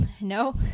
No